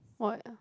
what